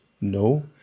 No